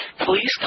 Please